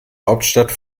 hauptstadt